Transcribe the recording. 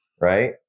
right